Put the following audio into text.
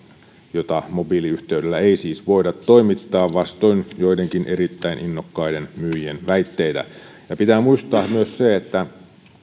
jota mobiiliyhteydellä ei siis voida toimittaa vastoin joidenkin erittäin innokkaiden myyjien väitteitä pitää muistaa myös se että